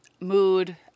mood